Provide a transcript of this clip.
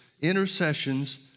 intercessions